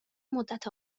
مدت